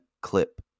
clip